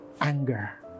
anger